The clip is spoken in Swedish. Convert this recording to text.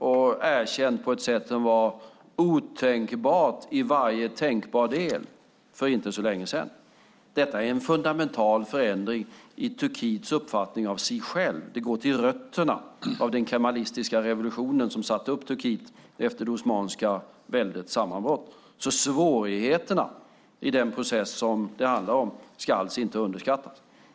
Det är erkänt på ett sätt som var otänkbart i varje tänkbar del för inte så länge sedan. Detta är en fundamental förändring i Turkiets uppfattning av sig självt. Det går till rötterna av den kemalistiska revolutionen, som satte upp Turkiet efter det osmanska väldets sammanbrott. Svårigheterna i den process som det handlar om ska alltså inte underskattas.